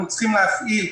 אנחנו צריכים להפעיל,